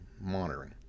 monitoring